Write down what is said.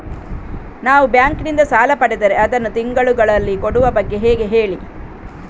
ನಾವು ಬ್ಯಾಂಕ್ ನಿಂದ ಸಾಲ ಪಡೆದರೆ ಅದನ್ನು ತಿಂಗಳುಗಳಲ್ಲಿ ಕೊಡುವ ಬಗ್ಗೆ ಹೇಗೆ ಹೇಳಿ